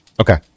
Okay